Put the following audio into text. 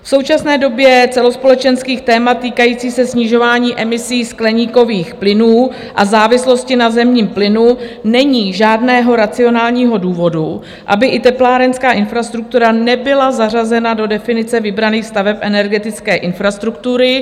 V současné době celospolečenských témat týkající se snižování emisí skleníkových plynů a závislosti na zemním plynu není žádného racionálního důvodu, aby i teplárenská infrastruktura nebyla zařazena do definice vybraných staveb energetické infrastruktury.